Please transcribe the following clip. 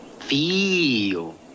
Feel